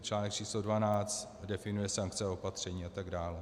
Článek číslo dvanáct definuje sankce, opatření atd.